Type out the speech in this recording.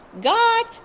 God